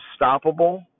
unstoppable